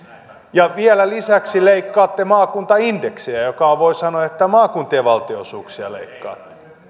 ja vielä lisäksi leikkaatte maakuntaindeksiä joten voi sanoa että maakuntien valtionosuuksia leikkaatte